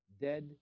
Dead